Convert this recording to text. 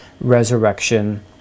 resurrection